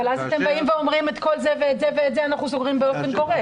אבל אז אתם אומרים: את כל זה ואת זה ואת זה אנחנו סוגרים באופן גורף.